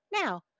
now